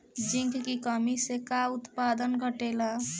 Zinc की कमी से का उत्पादन घटेला?